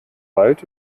wald